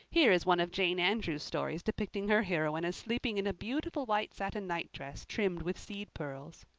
here is one of jane andrews' stories depicting her heroine as sleeping in a beautiful white satin nightdress trimmed with seed pearls.